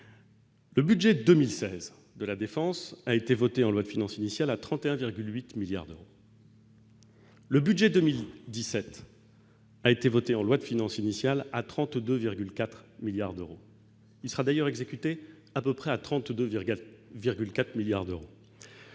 Le budget 2016 de la défense a été voté en loi de finances initiale à 31,8 milliards d'euros. Le budget 2017, a été voté en loi de finances initiale à 32,4 milliards d'euros, il sera d'ailleurs exécutés à peu près à 30 2,4 milliards d'euros,